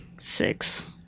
six